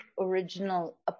original